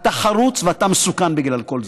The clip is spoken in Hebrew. אתה חרוץ, ואתה מסוכן בגלל כל זה.